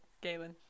Galen